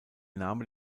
name